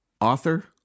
Author